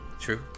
True